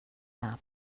nap